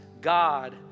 God